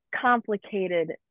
complicated